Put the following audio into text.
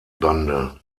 bande